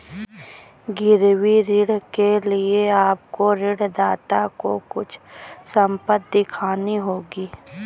गिरवी ऋण के लिए आपको ऋणदाता को कुछ संपत्ति दिखानी होगी